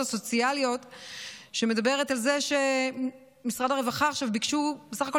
הסוציאליים שמדברת על זה שמשרד הרווחה עכשיו ביקשו בסך הכול